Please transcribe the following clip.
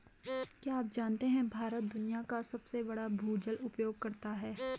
क्या आप जानते है भारत दुनिया का सबसे बड़ा भूजल उपयोगकर्ता है?